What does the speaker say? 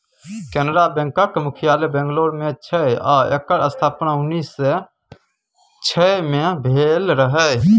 कैनरा बैकक मुख्यालय बंगलौर मे छै आ एकर स्थापना उन्नैस सँ छइ मे भेल रहय